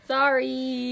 Sorry